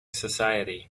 society